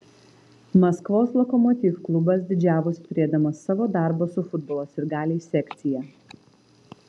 maskvos lokomotiv klubas didžiavosi turėdamas savo darbo su futbolo sirgaliais sekciją